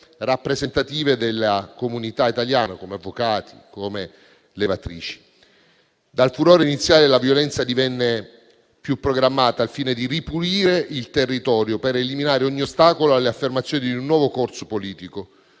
rappresentative della comunità italiana come avvocati e levatrici. Dal furore iniziale, la violenza divenne più programmata al fine di ripulire il territorio per eliminare ogni ostacolo alle affermazioni di un nuovo corso politico.